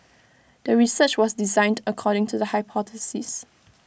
the research was designed according to the hypothesis